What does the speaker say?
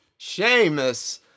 Seamus